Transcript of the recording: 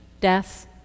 death